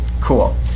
Cool